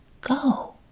go